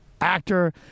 actor